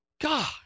God